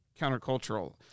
countercultural